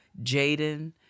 Jaden